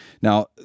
now